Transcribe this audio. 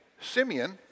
Simeon